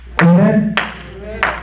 Amen